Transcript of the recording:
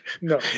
no